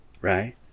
Right